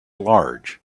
large